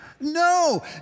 No